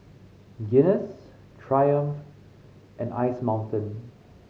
Guinness Triumph and Ice Mountain